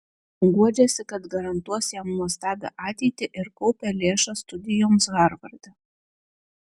guodžiasi kad garantuos jam nuostabią ateitį ir kaupia lėšas studijoms harvarde